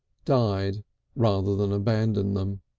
died rather than abandon them?